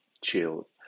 Chill